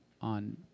on